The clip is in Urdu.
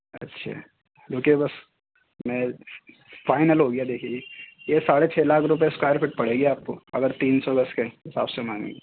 اچھا جو کہ بس میں فائنل ہو گیا دیکھیئے یہ ساڑھے چھ لاکھ روپے اسکوائر فٹ پڑے گی آپ کو اگر تین سو گز کے حساب سے مانیں